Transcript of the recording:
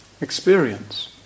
experience